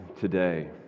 today